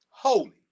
Holy